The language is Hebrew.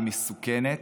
היא מסוכנת,